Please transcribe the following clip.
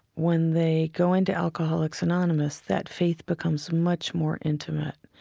when they go into alcoholics anonymous that faith becomes much more intimate.